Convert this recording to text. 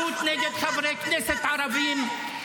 -- כולל גזענות נגד חברי כנסת ערבים.